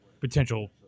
potential